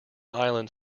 island